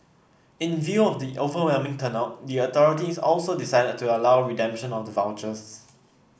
in view of the overwhelming turnout the authorities also decided to allow redemption of the vouchers